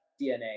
DNA